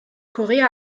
korea